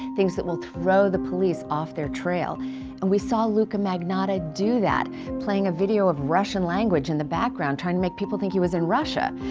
things that will throw the police off their trail and we saw luka magnotta do that playing a video of russian language in the background trying to make people think he was in russia.